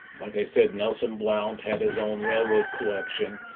like i said, nelson blount had his own railroad collection,